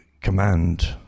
command